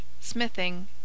smithing